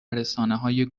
رسانههای